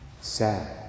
Sad